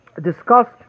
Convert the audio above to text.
discussed